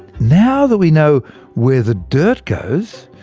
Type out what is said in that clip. now that we know where the dirt goes,